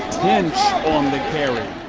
tinch on the carry.